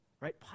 Right